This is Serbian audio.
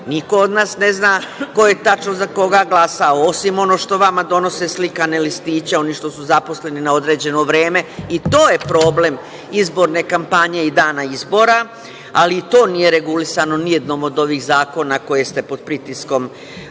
Niko od nas ne zna ko je tačno za koga glasao, osim ono što vama donose slikane listiće oni što su zaposleni na određeno vreme, i to je problem izborne kampanje i dana izbora, ali i to nije regulisano ni jednom od ovih zakona koje ste pod pritiskom